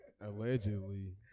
Allegedly